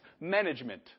management